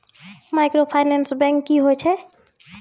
Microfinance bank की होय छै?